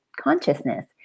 consciousness